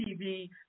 TV